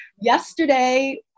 Yesterday